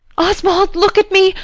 oswald! look at me!